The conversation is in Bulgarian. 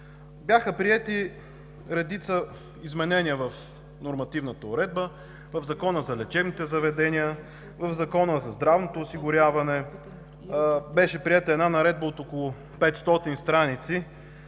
Бяха приети редица изменения в нормативната уредба – в Закона за лечебните заведения, в Закона за здравното осигуряване, беше приета една наредба от около 500 страници